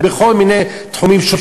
בכל מיני תחומים.